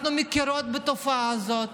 אנחנו מכירות בתופעה הזאת,